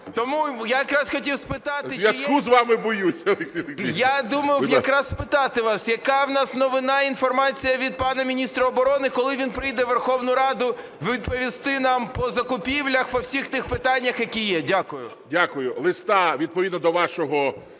думав якраз спитати у вас, яка в нас новина, інформація від пана міністра оборони, коли він прийде у Верховну Раду відповісти нам по закупівлях, по всіх тих питаннях, які є? Дякую.